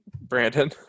Brandon